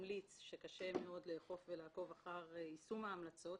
ממליץ שקשה מאוד לאכוף ולעקוב אחר יישום ההמלצות,